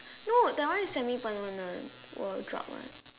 no that one is semi permanent will drop one